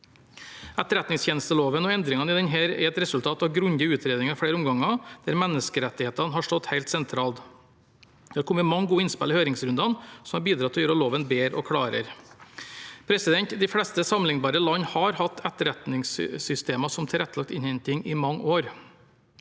Etterretningstjenesteloven og endringene i denne er et resultat av grundige utredninger i flere omganger, der menneskerettighetene har stått helt sentralt. Det har kommet mange gode innspill i høringsrundene som har bidratt til å gjøre loven bedre og klarere. De fleste sammenlignbare land har hatt etterretningssystemer som tilrettelagt innhenting i mange år.